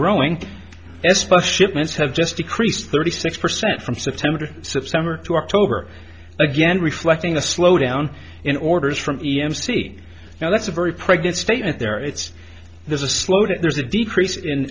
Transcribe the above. plus shipments have just decreased thirty six percent from september september to october again reflecting the slowdown in orders from e m c now that's a very pregnant statement there it's there's a slow that there's a decrease in